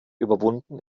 überwunden